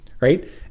right